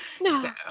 No